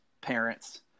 parents